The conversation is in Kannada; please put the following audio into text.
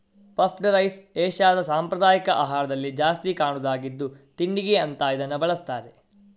ಪಫ್ಡ್ ರೈಸ್ ಏಷ್ಯಾದ ಸಾಂಪ್ರದಾಯಿಕ ಆಹಾರದಲ್ಲಿ ಜಾಸ್ತಿ ಕಾಣುದಾಗಿದ್ದು ತಿಂಡಿಗೆ ಅಂತ ಇದನ್ನ ಬಳಸ್ತಾರೆ